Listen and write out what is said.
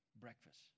breakfast